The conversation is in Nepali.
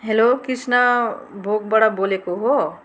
हेलो कृष्ण भोगबाट बोलेको हो